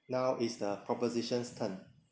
now is the proposition's turn